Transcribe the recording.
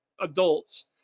adults